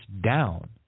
down